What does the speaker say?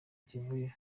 kivurira